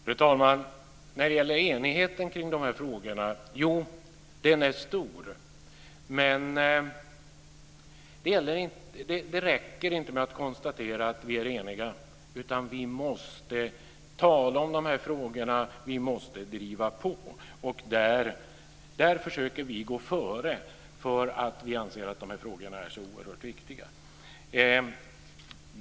Fru talman! Enigheten om dessa frågor är stor. Men det räcker inte med att konstatera att vi är eniga, utan vi måste tala om dessa frågor, och vi måste driva på. Och där försöker vi gå före därför att vi anser att dessa frågor är så oerhört viktiga.